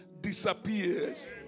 disappears